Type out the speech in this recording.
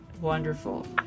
Wonderful